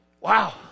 Wow